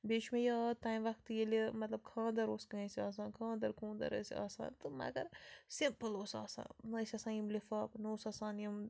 بیٚیہِ چھُ مےٚ یاد تَمہِ وَقتہٕ ییٚلہِ خانٛدَر اوس کانٛسہِ آسان خانٛدَر خوٗنَدر ٲسۍ آسان تہٕ مگر سِمٛپُل اوس آسان نہٕ ٲسۍ آسان یِم لِفاف نہٕ اوس آسان یِم